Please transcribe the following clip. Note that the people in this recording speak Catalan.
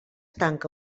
tanca